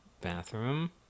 bathroom